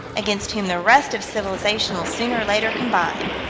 against whom the rest of civilization will sooner or later combine.